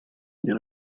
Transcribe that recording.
n’ai